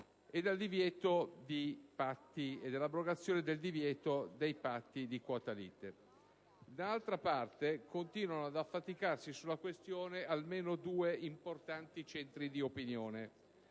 e dell'abrogazione del divieto dei patti di quota lite. Dall'altra parte, continuano ad affaticarsi sulla questione almeno due importanti centri di opinione,